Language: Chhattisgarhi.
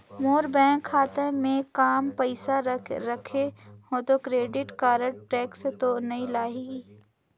मोर बैंक खाता मे काम पइसा रखे हो तो क्रेडिट कारड टेक्स तो नइ लाही???